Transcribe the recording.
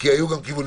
שזה צריך להמשיך